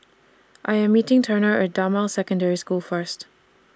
I Am meeting Turner At Damai Secondary School First